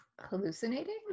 Hallucinating